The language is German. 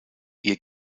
ihr